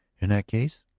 in that case,